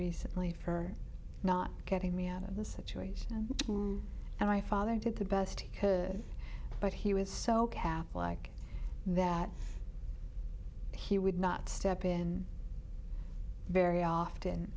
recently for not getting me out of the situation and i father did the best he could but he was so kept like that he would not step in very often